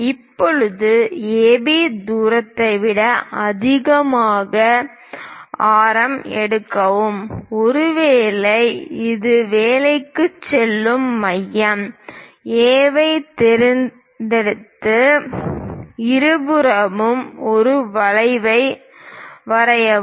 இப்போது AB தூரத்தை விட அதிகமான ஆரம் எடுக்கவும் ஒருவேளை இது வேலைக்குச் செல்லும் மையம் A ஐத் தேர்ந்தெடுத்து இருபுறமும் ஒரு வளைவை வரையவும்